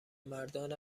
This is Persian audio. مردان